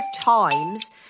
times